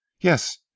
Yes